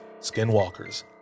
skinwalkers